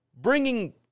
bringing